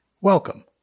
Welcome